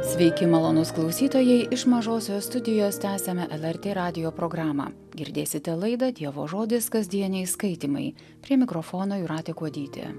sveiki malonūs klausytojai iš mažosios studijos tęsiame lrt radijo programą girdėsite laidą dievo žodis kasdieniai skaitymai prie mikrofono jūratė kuodytė